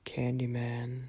Candyman